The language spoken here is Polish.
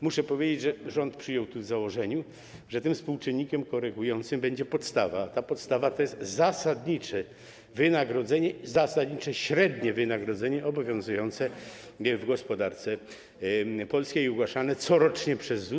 Muszę powiedzieć, że rząd przyjął tu w założeniu, że tym współczynnikiem korygującym będzie podstawa, a ta podstawa to jest zasadnicze średnie wynagrodzenie obowiązujące w gospodarce polskiej i ogłaszane corocznie przez ZUS.